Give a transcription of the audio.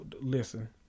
listen